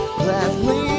gladly